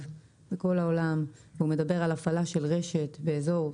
בכל העולם והוא מדבר על הפעלה של רשת באזור סגור.